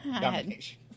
domination